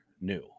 new